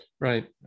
Right